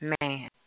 man